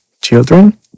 children